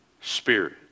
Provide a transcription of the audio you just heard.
Spirit